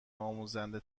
آموزنده